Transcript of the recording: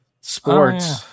sports